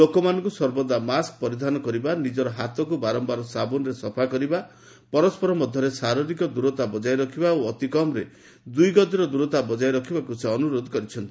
ଲୋକମାନଙ୍କୁ ସର୍ବଦା ମାସ୍କ୍ ପରିଧାନ କରିବା ନିଜର ହାତକୁ ବାରମ୍ଭାର ସାବୁନ୍ରେ ସଫା କରିବା ପରସ୍କର ମଧ୍ୟରେ ଶାରୀରିକ ଦୂରତା ବଜାୟ ରଖିବା ଓ ଅତି କମ୍ରେ ଦୁଇଗଜର ଦୂରତା ବଳାୟ ରଖିବାକୁ ସେ ଅନୁରୋଧ କରିଛନ୍ତି